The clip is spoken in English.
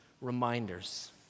reminders